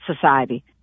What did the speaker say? society